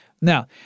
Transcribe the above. Now